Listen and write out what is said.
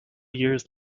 years